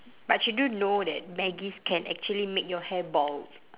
but you do know that maggis can actually make your hair bald